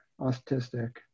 autistic